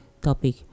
topic